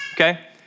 okay